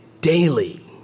daily